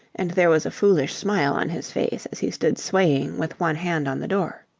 and there was a foolish smile on his face as he stood swaying with one hand on the door.